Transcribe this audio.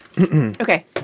Okay